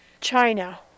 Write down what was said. China